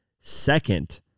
Second